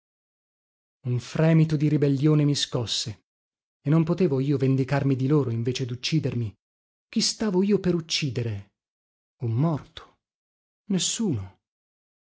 un fremito di ribellione mi scosse e non potevo io vendicarmi di loro invece duccidermi chi stavo io per uccidere un morto nessuno